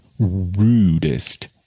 rudest